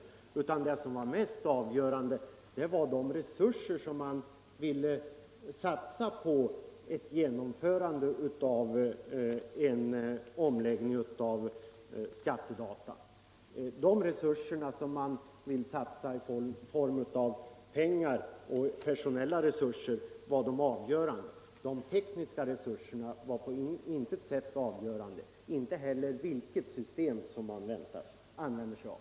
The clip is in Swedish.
Det avgörande var de resurser i form av pengar och personal som man ville satsa på en omläggning av skattedata. De tekniska resurserna var på intet sätt avgörande, inte heller vilket system man använde sig av.